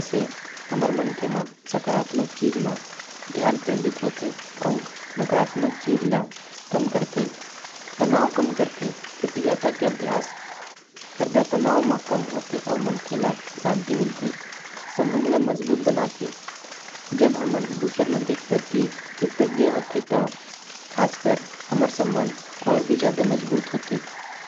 से हमर ध्यान सकारात्मक म केंद्रित होथे। नकारात्मक अउ तनाव कम करथे। संबंध मजबूत होथे अउ सबसे सब बढ़िया हो जाथे।